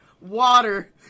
water